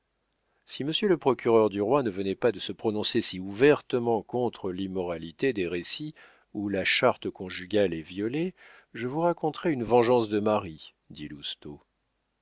si monsieur le procureur du roi ne venait pas de se prononcer si ouvertement contre l'immoralité des récits où la charte conjugale est violée je vous raconterais une vengeance de mari dit